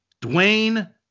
Dwayne